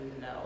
No